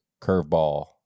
curveball